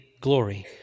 glory